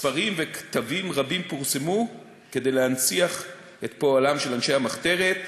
ספרים וכתבים רבים פורסמו כדי להנציח את פועלם של אנשי המחתרת.